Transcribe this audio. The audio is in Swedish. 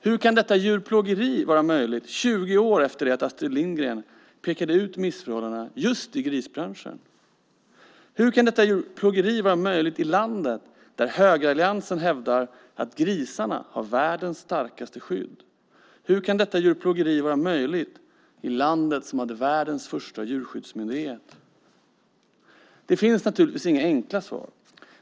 Hur kan detta djurplågeri vara möjligt 20 år efter det att Astrid Lindgren pekade ut missförhållandena just i grisbranschen? Hur kan detta djurplågeri vara möjligt i landet där högeralliansen hävdar att grisarna har världens starkaste skydd? Hur kan detta djurplågeri vara möjligt i landet som hade världens första djurskyddsmyndighet? Det finns naturligtvis inga enkla svar.